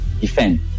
defend